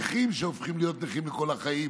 נכים שהופכים להיות נכים לכל החיים,